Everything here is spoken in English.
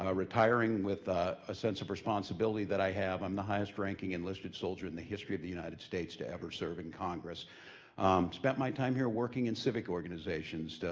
ah retiring with a ah sense of responsibility that i have, i'm the highest ranking enlisted soldier in the history of the united states to ever serve in congress. ah spent my time here working in civic organizations.